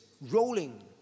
rolling